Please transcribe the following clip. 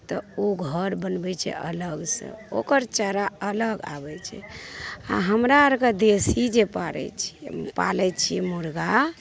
तऽ ओ घर बनबै छै अलगसँ ओकर चारा अलग आबैत छै आ हमरा आर कऽ देशी जे पारै छियै पालै छियै मुर्गा